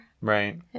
Right